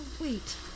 wait